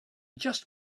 just